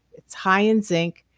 it's high in zinc.